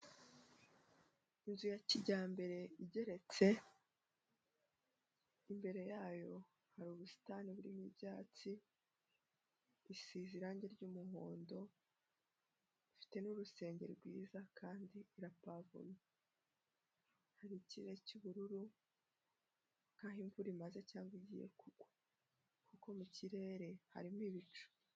Inzu ya kijyambere igeretse, imbere yayo hari ubusitani burimo ibyatsi, isize irangi ry'umuhondo, ifite n'urusenge rwiza kandi irapavomye, hari ikirere cy'ubururu nkaho imvura imaze cyangwa igiye kugwa ,kuko mu kirere harimo ibicu.